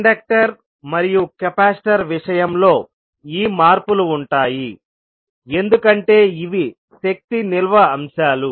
inductor మరియు capacitor విషయంలో ఈ మార్పులు ఉంటాయి ఎందుకంటే ఇవి శక్తి నిల్వ అంశాలు